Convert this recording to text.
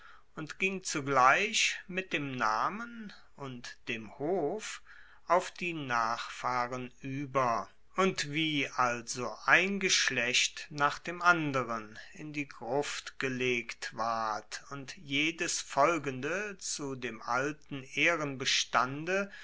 und ging zugleich mit dem namen und dern hof auf die nachfahren ueber und wie also ein geschlecht nach dem anderen in die gruft gelegt ward und jedes folgende zu dem alten